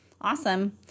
awesome